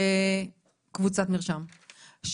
קבוצת מרשם.